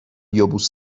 یبوست